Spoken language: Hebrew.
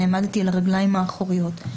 עמדתי על הרגליים האחוריות.